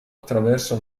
attraverso